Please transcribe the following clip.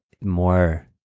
more